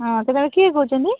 ହଁ ସେପଟେ କିଏ କହୁଛନ୍ତି